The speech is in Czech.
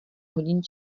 hodin